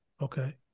Okay